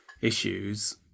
issues